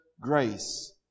grace